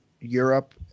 Europe